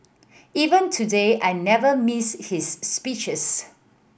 even today I never miss his speeches